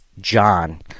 john